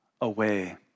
away